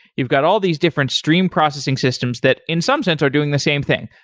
you've got all these different stream processing systems that, in some sense, are doing the same thing.